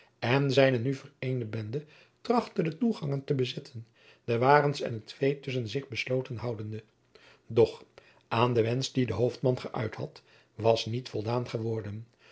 en zijne nu vereende bende trachtte de toegangen te bezetten de wagens en het vee tusschen zich besloten houdende doch aan den wensch dien de hoofdman geuit had was niet voldaan geworden